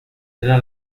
era